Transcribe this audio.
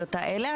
הסיגריות האלה.